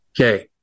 Okay